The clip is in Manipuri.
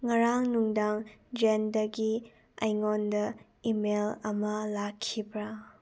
ꯉꯔꯥꯡ ꯅꯨꯡꯗꯥꯡ ꯖꯦꯟꯗꯒꯤ ꯑꯩꯉꯣꯟꯗ ꯏꯃꯦꯜ ꯑꯃ ꯂꯥꯛꯈꯤꯕ꯭ꯔꯥ